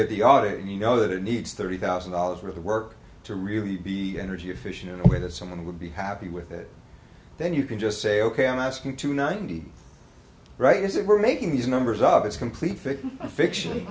get the audit and you know that it needs thirty thousand dollars for the work to really be energy efficient in a way that someone would be happy with it then you can just say ok i'm asking to ninety right is it we're making these numbers up is complete fiction or fiction